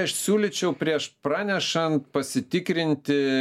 aš siūlyčiau prieš pranešant pasitikrinti